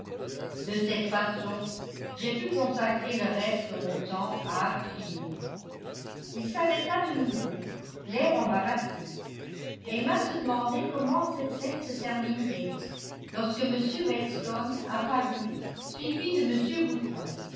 de cette façon j'ai pu consacrer le reste de mon temps à hartfield il s'arrêta de nouveau l'air embarrassé emma se demandait comment cette scène se terminerait lorsque m weston apparut suivi de